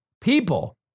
people